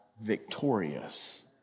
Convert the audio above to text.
victorious